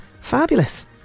Fabulous